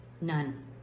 None